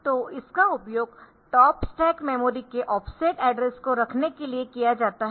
तो इसका उपयोग टॉप स्टैक मेमोरी के ऑफसेट एड्रेस को रखने के लिए किया जाता है